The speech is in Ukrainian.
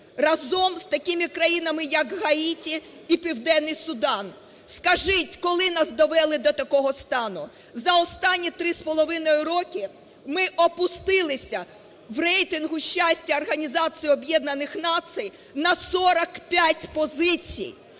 разом з такими країнами як Гаїті і Південний Судан. Скажіть, коли нас довели до такого стану? За останні 3,5 роки ми опустилися в рейтингу щастя Організації